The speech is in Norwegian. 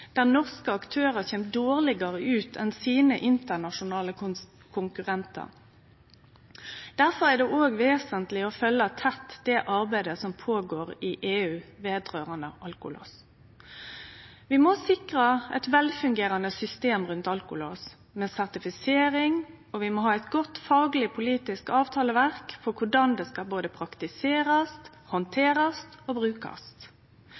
der norske aktørar kjem dårlegare ut enn sine internasjonale konkurrentar. Difor er det òg vesentleg å følgje tett det arbeidet som går føre seg i EU vedrørande alkolås. Vi må sikre eit velfungerande system rundt alkolås, med sertifisering og eit godt fagleg-politisk avtaleverk for korleis det skal praktiserast, handterast og brukast.